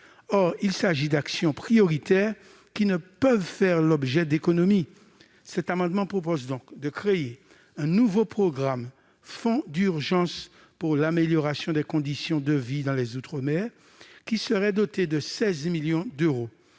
Or il s'agit là d'actions prioritaires, qui, comme telles, ne sauraient faire l'objet d'économies. Cet amendement vise donc à créer un nouveau programme, « Fonds d'urgence pour l'amélioration des conditions de vie dans les outre-mer », qui serait doté de 16 millions d'euros.